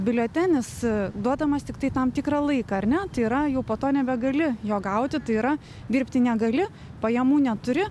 biuletenis duodamas tiktai tam tikrą laiką ar ne tai yra jau po to nebegali jo gauti tai yra dirbti negali pajamų neturi